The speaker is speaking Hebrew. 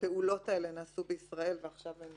הפעולות האלה נעשו בישראל ועכשיו הן